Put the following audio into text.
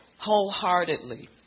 wholeheartedly